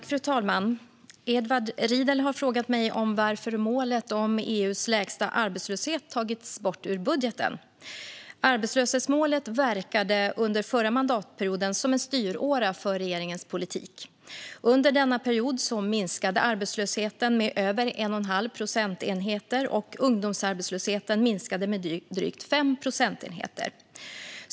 Fru talman! har frågat mig varför målet om EU:s lägsta arbetslöshet tagits bort i budgeten. Arbetslöshetsmålet verkade under förra mandatperioden som en styråra för regeringens politik. Under denna period minskade arbetslösheten med över 1 1⁄2 procentenhet, och ungdomsarbetslösheten minskade med drygt 5 procentenheter.